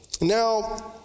Now